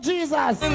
Jesus